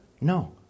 no